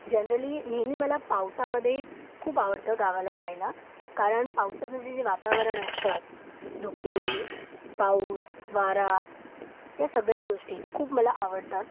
generally नेहमी मला पावसामध्ये खूप आवडतं गावाला जायला कारण पावसाचं जे जे वातावरण असतं धुके पाऊस वारा या सगळ्या गोष्टी खूप मला आवडतात